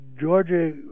Georgia